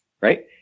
right